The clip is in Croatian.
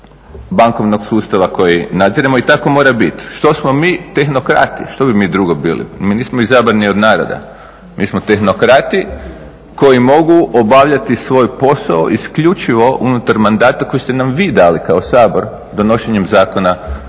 bankovnog sustava koji nadziremo. I tako mora biti. Što smo mi? Tehnokrati. Što bi mi drugo bili? Mi nismo izabrani od naroda, mi smo tehnokrati koji mogu obavljati svoj posao isključivo unutar mandata koji ste nam vi dali kao Sabor donošenjem Zakona